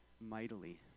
mightily